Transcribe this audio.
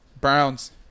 Browns